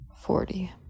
forty